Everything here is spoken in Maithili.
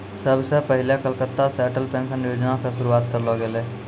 सभ से पहिले कलकत्ता से अटल पेंशन योजना के शुरुआत करलो गेलै